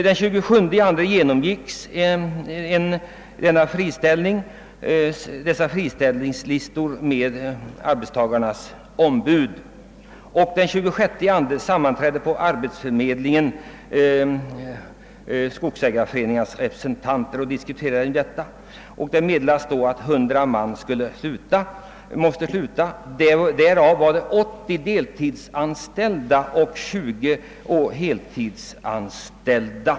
Den 26 februari sammanträdde skogsägareföreningarnas representanter på arbetsförmedlingen för att diskutera uppsägningarna och den 27 februari genomgicks dessa friställningslistor med arbetstagarnas ombud. Det meddelades att 100 man måste sluta. Därav var 80 deltidsanställda och 20 heltidsanställda.